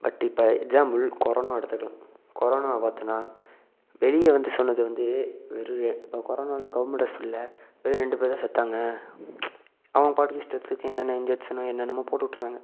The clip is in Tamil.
பட் இப்போ எக்ஸாம்பிள் கொரோனா எடுத்துக்கலாம் கொரோனா பார்த்தோன்னா வெளியே வந்து சொன்னது வந்து வெறு இப்போ கொரோனாவில் கவுர்மெண்ட் ஹாஸ்பிட்டலில் வெறும் ரெண்டுப்பேர் தான் செத்தாங்க அவங்க பாட்டுக்கு இஷ்டத்துக்கு என்னன்ன இன்ஜெக்ஷனோ என்னனமோ போட்டுவிட்டுர்றாங்க